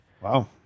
Wow